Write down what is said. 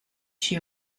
she